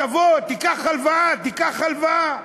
תבוא, תיקח הלוואה, תיקח הלוואה,